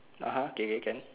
(uh huh) K K can